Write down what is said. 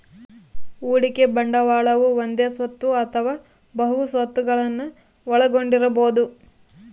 ಹೂಡಿಕೆ ಬಂಡವಾಳವು ಒಂದೇ ಸ್ವತ್ತು ಅಥವಾ ಬಹು ಸ್ವತ್ತುಗುಳ್ನ ಒಳಗೊಂಡಿರಬೊದು